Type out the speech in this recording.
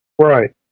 right